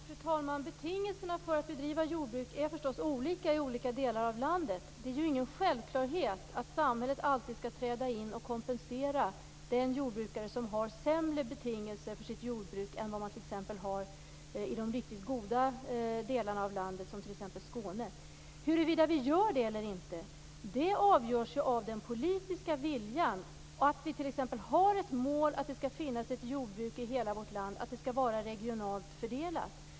Fru talman! Betingelserna för att bedriva jordbruk är förstås olika i olika delar av landet. Det är ingen självklarhet att samhället alltid skall träda in och kompensera den jordbrukare som har sämre betingelser för sitt jordbruk än vad man har i de riktigt goda delarna av landet, t.ex. Skåne. Huruvida vi gör det eller inte avgörs av den politiska viljan, att vi t.ex. har ett mål om att det skall finnas ett jordbruk i hela vårt land, att jordbruket skall vara regionalt fördelat.